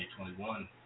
2021